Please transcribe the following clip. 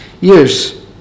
years